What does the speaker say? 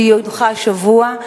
שהונחה השבוע,